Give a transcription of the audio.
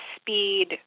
speed